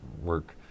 work